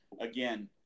again